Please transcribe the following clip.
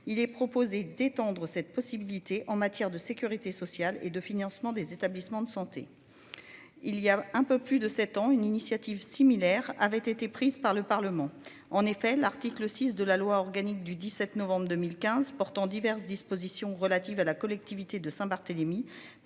il est proposé d'étendre cette possibilité en matière de sécurité sociale et de financement des établissements de santé. Il y a un peu plus de 7 ans, une initiative similaire avait été prise par le Parlement. En effet, l'article 6 de la loi organique du 17 novembre 2015 portant diverses dispositions relatives à la collectivité de Saint-Barthélemy